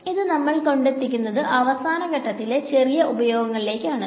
ഇത് നമ്മളെ കൊണ്ടെത്തിക്കുന്നത് അവസാന ഘട്ടത്തിലെ ചെറിയ ഉപയോഗങ്ങളിലേക്ക് ആണ്